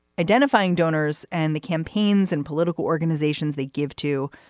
identifying donors and the campaigns and political organizations they give to.